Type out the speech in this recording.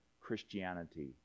Christianity